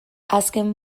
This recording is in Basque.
azken